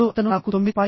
ఇప్పుడు అతను నాకు 9